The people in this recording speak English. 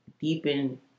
deepen